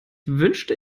wünschte